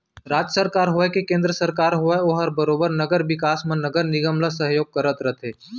राज सरकार होवय के केन्द्र सरकार होवय ओहर बरोबर नगर बिकास म नगर निगम ल सहयोग करत रथे